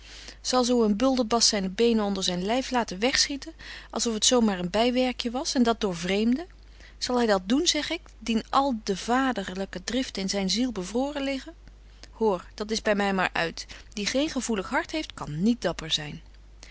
zal zo een bulderbast zyn benen onder zyn lyf laten weg schieten als of het zo maar bywerkje was en dat voor vreemden zal hy dat doen zeg ik dien alle de vaderlyke driften in zyn ziel bevroren liggen hoor dat is by my maar uit die geen gevoelig hart heeft kan niet dapper zyn